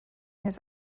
his